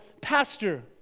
pastor